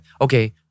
okay